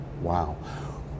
Wow